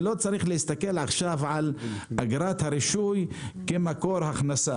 ולא צריך להסתכל על אגרת הרישוי כמקור הכנסה.